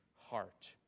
heart